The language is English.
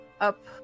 up